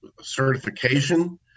certification